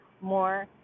more